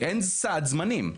אין סד זמנים.